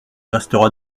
restera